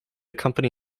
accompany